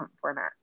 format